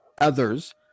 others